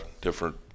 different